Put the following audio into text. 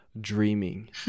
dreaming